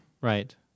Right